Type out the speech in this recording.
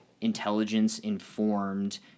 intelligence-informed